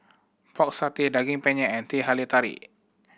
Pork Satay Daging Penyet and Teh Halia Tarik